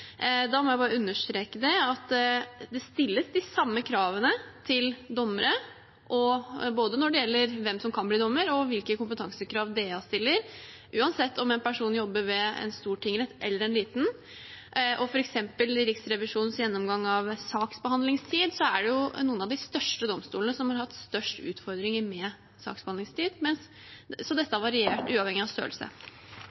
Da må jeg bare understreke at det stilles de samme kravene til dommere, når det gjelder både hvem som kan bli dommer, og hvilke kompetansekrav Domstoladministrasjonen stiller, uansett om en person jobber ved en stor tingrett eller en liten. Når det gjelder f.eks. Riksrevisjonens gjennomgang av saksbehandlingstid, er det noen av de største domstolene som har hatt størst utfordringer med saksbehandlingstid. Så dette